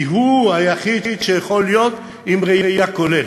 כי הוא היחיד שיכול להיות עם ראייה כוללת,